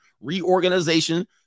reorganization